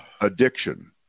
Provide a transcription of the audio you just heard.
addiction